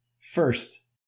first